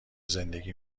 زندگی